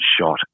shot